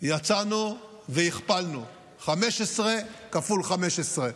יצאנו והכפלנו, 15 כפול 15,